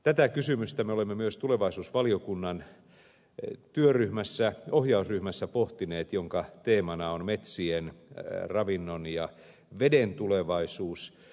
tätä kysymystä me olemme pohtineet myös tulevaisuusvaliokunnan työryhmässä ohjausryhmässä jonka teemana on metsien ravinnon ja veden tulevaisuus